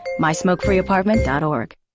MySmokeFreeApartment.org